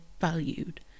valued